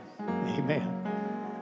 Amen